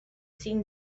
seen